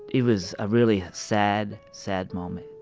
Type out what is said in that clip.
it was a really sad, sad moment.